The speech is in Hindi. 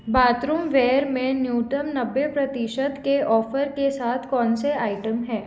बाथरूमवेर में न्यूनतम नब्बे प्रतिशत के ऑफ़र के साथ कौन से आइटम हैं